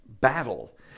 battle